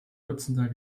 dutzender